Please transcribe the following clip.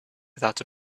without